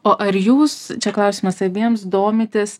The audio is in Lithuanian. o ar jūs čia klausimas abiems domitės